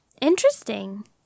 Interesting